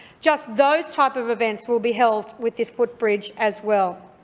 just those type of events will be helped with this footbridge as well.